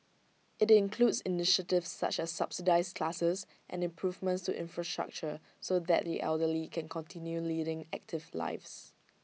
IT includes initiatives such as subsidised classes and improvements to infrastructure so that the elderly can continue leading active lives